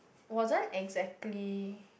wasn't exactly